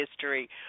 history